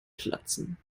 platzen